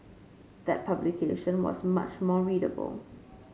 that publication was much more readable